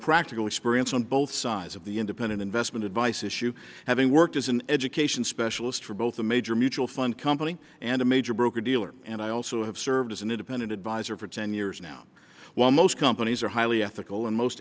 practical experience on both sides of the independent investment advice issue having worked as an education specialist for both a major mutual fund company and a major broker dealer and i also have served and independent advisor for ten years now while most companies are highly ethical and most